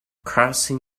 crossing